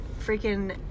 freaking